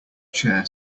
chair